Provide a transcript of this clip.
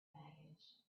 baggage